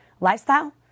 Lifestyle